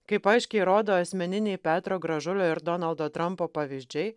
kaip aiškiai rodo asmeniniai petro gražulio ir donaldo trampo pavyzdžiai